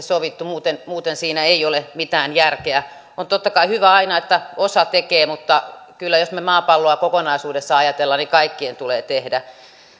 sovittu muuten muuten siinä ei ole mitään järkeä on totta kai hyvä aina että osa tekee mutta kyllä jos me maapalloa kokonaisuudessaan ajattelemme kaikkien tulee tehdä